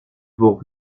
vaut